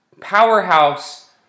powerhouse